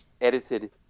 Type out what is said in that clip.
edited